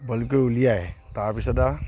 boil কৰি উলিয়াই তাৰপিছত আৰু